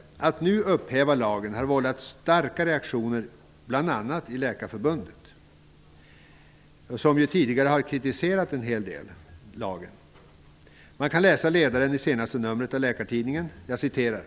Förslaget att nu upphäva lagen har vållat starka reaktioner bl.a. inom Läkarförbundet. Förbundet har tidigare kritiserat lagen. Av ledaren i senaste numret av Läkartidningen framgår följande: